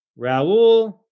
Raul